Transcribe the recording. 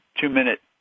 two-minute